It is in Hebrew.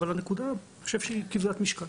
אבל אני חושב שהנקודה היא כבדת משקל.